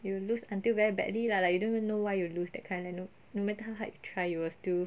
you will lose until very badly lah like you don't even know why you lose that kind like no no matter how hard you try you will still